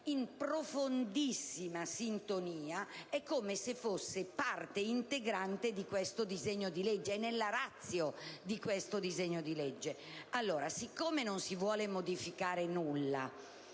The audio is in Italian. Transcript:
in profondissima sintonia, ed è come se fosse parte integrante di questo disegno di legge, è nella sua *ratio*. Ora, siccome non si vuole modificare nulla,